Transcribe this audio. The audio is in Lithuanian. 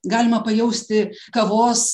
galima pajausti kavos